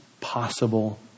possible